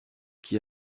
qui